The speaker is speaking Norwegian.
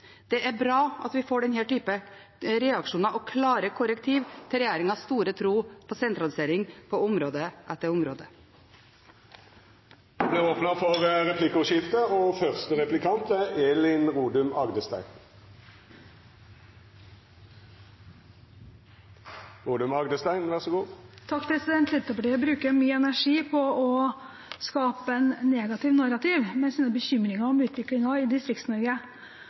Det er bra at vi får denne typen reaksjoner og klare korrektiv til regjeringens store tro på sentralisering på område etter område. Det vert replikkordskifte. Senterpartiet bruker mye energi på å skape et negativt narrativ med sine bekymringer om utviklingen i Distrikts-Norge, selv om realiteten er at det går for fullt. Folk er optimistiske og står på i